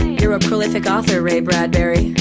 you're a prolific author, ray bradbury.